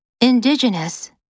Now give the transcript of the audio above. Indigenous